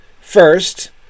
first